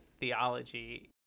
theology